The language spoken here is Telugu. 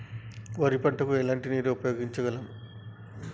వరి పంట కు ఎలాంటి నీరు ఉపయోగించగలం?